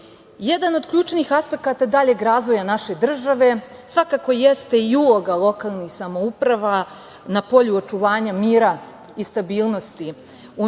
od ključnih aspekata daljeg razvoja naše države svakako jeste i uloga lokalnih samouprava na polju očuvanja mira i stabilnosti